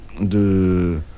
de